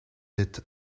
êtes